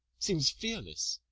seems fearless!